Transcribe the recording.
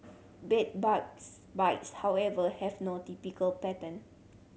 bed bugs bites however have no typical pattern